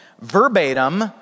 verbatim